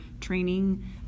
training